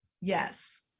Yes